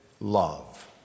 love